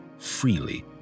freely